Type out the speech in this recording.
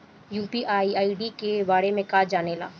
UPI ID के बारे में का जाने ल?